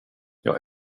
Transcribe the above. jag